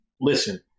Listen